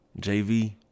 JV